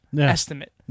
estimate